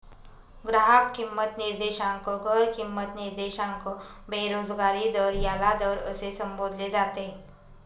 ग्राहक किंमत निर्देशांक, घर किंमत निर्देशांक, बेरोजगारी दर याला दर असे संबोधले जाते